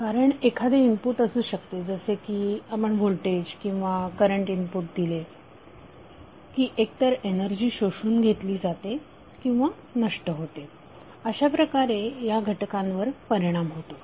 कारण एखादे इनपुट असू शकते जसे की आपण व्होल्टेज किंवा करंट इनपुट दिले की एकतर एनर्जी शोषून घेतली जाते किंवा नष्ट होते अशा प्रकारे या घटकांवर परिणाम होतो